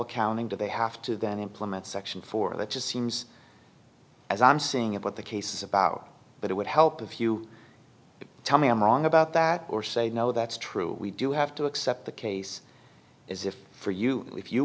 double counting to they have to then implement section four that just seems as i'm seeing it what the case is about but it would help if you tell me i'm wrong about that or say no that's true we do have to accept the case is if for you if you